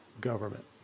government